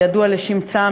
הידוע לשמצה,